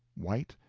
white,